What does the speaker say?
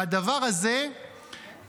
והדבר הזה קורה,